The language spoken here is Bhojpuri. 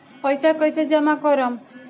पैसा कईसे जामा करम?